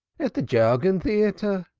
at the jargon theatre,